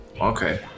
Okay